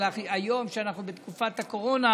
אבל היום, כשאנחנו בתקופת הקורונה,